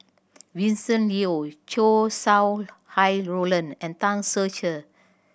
Vincent Leow Chow Sau Hai Roland and Tan Ser Cher